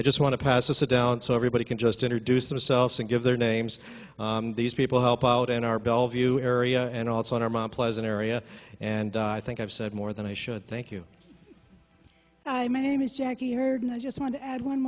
i just want to pass a sit down so everybody can just introduce themselves and give their names these people help out in our bellevue area and also in our mt pleasant area and i think i've said more than i should thank you i'm a name is jackie herd and i just want to add one